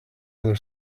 other